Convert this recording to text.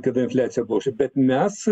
kada infliacija buvo aukšta bet mes